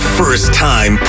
first-time